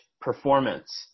performance